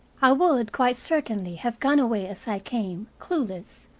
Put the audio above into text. i would, quite certainly, have gone away as i came, clueless,